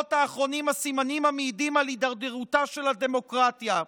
בשבועות האחרונים הסימנים המעידים על הידרדרותה של הדמוקרטיה.